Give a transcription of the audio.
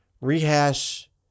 rehash